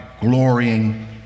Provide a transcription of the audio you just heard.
glorying